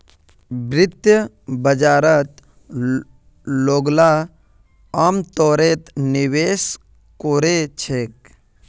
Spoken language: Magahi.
वित्तीय बाजारत लोगला अमतौरत निवेश कोरे छेक